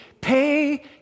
pay